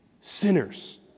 sinners